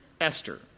Esther